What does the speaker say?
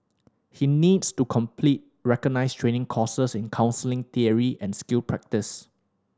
he needs to complete recognised training courses in counselling theory and skill practice